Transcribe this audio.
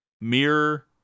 Mirror